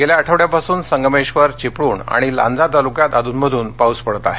गेल्या आठवड्यापासून संगमेश्वर चिपळूण आणि लांजा तालुक्यात अधूनमधून पाऊस पडत आहे